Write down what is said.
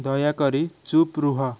ଦୟାକରି ଚୁପ୍ ରୁହ